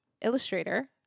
illustrator